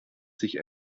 sich